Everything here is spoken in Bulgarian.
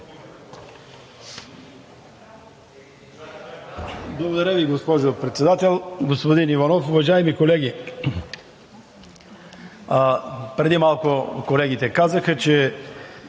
Благодаря Ви, госпожо Председател. Господин Иванов, уважаеми колеги, преди малко колегите казаха, че